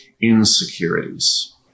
insecurities